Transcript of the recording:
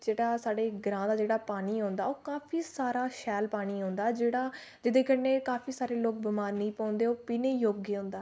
जेह्ड़ा साढ़े ग्रांऽ दा जेह्ड़ा पानी औंदा ओह् काफी सारा शैल पानी औंदा जेह्ड़ा जेह्दे कन्नै काफी सारे लोक बमार निं पौंदे ओह् पीने दे योग्य होंदा